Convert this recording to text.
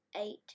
eight